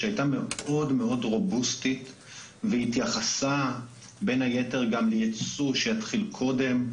שהיא הייתה מאוד רובוסטית והתייחסה בין היתר גם לייצוא שיתחיל קודם,